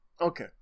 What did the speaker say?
Okay